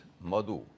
Madhu